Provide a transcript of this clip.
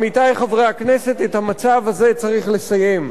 עמיתי חברי הכנסת, את המצב הזה צריך לסיים.